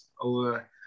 over